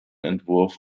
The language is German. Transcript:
entwurf